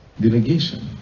Delegation